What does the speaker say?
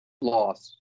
Loss